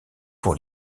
pour